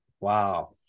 wow